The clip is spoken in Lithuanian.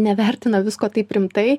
nevertina visko taip rimtai